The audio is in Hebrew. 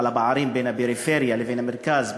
הפערים בין הפריפריה לבין המרכז,